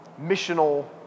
missional